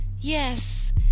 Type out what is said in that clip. Yes